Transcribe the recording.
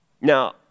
Now